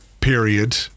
period